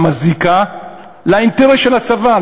המזיקה לאינטרס של הצבא,